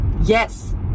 yes